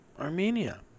Armenia